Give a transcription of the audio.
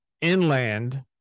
inland